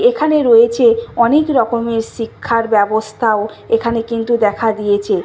এখানে রয়েছে অনেক রকমের শিক্ষার ব্যবস্থাও এখানে কিন্তু দেখা দিয়েছে